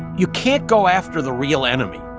you can't go after the real enemy.